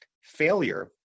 Failure